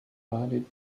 added